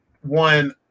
one